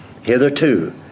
Hitherto